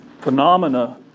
phenomena